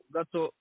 Gato